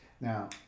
Now